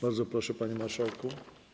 Bardzo proszę, panie marszałku.